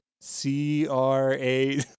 C-R-A